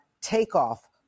takeoff